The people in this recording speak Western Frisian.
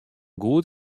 goed